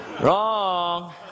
Wrong